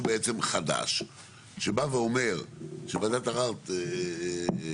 מחדש - הוספת שימושים לצורכי ציבור כהגדרתם בסעיף 70ד(א)(2),